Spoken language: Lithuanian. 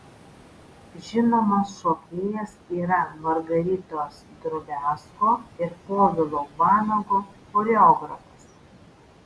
žinomas šokėjas yra margaritos drobiazko ir povilo vanago choreografas